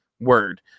word